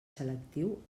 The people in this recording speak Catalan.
selectiu